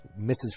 Mrs